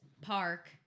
park